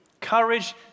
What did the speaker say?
Courage